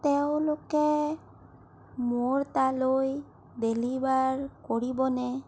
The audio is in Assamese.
তেওঁঁলোকে মোৰ তালৈ ডেলিভাৰ কৰিবনে